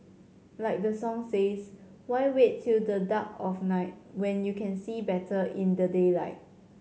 like the song says why wait till the dark of night when you can see better in the daylight